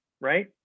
right